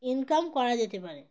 income করা যেতে পারে